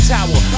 Tower